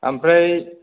ओमफ्राय